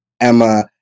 Emma